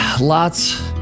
lots